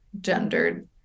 gendered